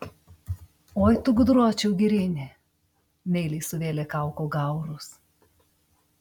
oi tu gudročiau girini meiliai suvėlė kauko gaurus